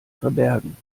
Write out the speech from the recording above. verbergen